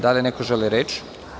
Da li neko želi reč?